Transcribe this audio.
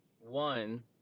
one